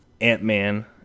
Ant-Man